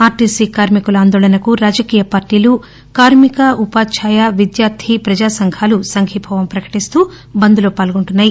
RTC కార్మికుల ఆందోళనకు రాజకీయ పార్టీలు కార్మిక ఉపాధ్యాయ విద్యార్థి ప్రజాసంఘాలు సంఘీభావం ప్రకటిస్తూ బంద్ లో పాల్గొంటున్నాయి